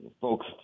folks